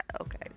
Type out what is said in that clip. okay